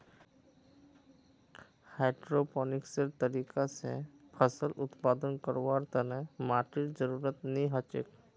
हाइड्रोपोनिक्सेर तरीका स फसल उत्पादन करवार तने माटीर जरुरत नी हछेक